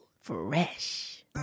Fresh